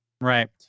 Right